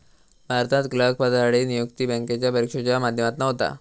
भारतात क्लर्क पदासाठी नियुक्ती बॅन्केच्या परिक्षेच्या माध्यमातना होता